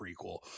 prequel